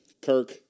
Kirk